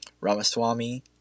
Ramaswamy